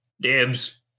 dibs